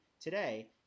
today